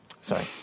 Sorry